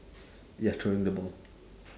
ya throwing the ball